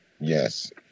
Yes